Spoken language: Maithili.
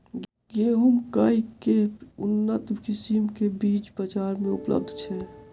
गेंहूँ केँ के उन्नत किसिम केँ बीज बजार मे उपलब्ध छैय?